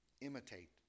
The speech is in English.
Imitate